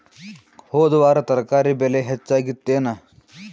ಹೊದ ವಾರ ತರಕಾರಿ ಬೆಲೆ ಹೆಚ್ಚಾಗಿತ್ತೇನ?